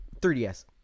3DS